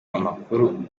amakuru